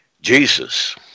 Jesus